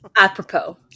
Apropos